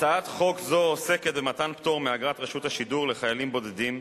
הצעת חוק זו עוסקת במתן פטור מאגרת רשות השידור לחיילים בודדים,